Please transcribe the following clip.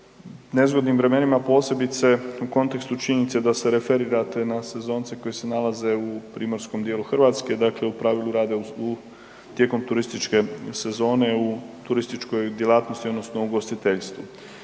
nezgodnim vremenima, posebice u kontekstu činjenice da se referirate na sezonce koji se nalaze u primorskom dijelu Hrvatske, dakle u pravilu rade u, tijekom turističke sezone u turističkoj djelatnosti odnosno ugostiteljstvu.